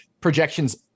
projections